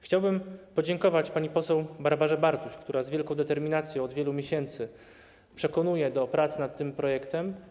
Chciałbym podziękować pani poseł Barbarze Bartuś, która z wielką determinacją od wielu miesięcy przekonuje do prac nad tym projektem.